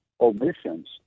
omissions